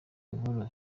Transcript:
nkuru